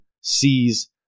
sees